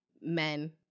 men